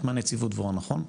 את מהנציבות דבורה, נכון?